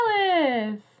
Alice